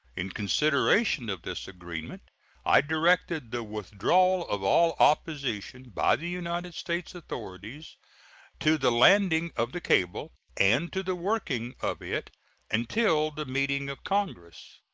in consideration of this agreement i directed the withdrawal of all opposition by the united states authorities to the landing of the cable and to the working of it until the meeting of congress.